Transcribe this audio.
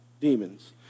demons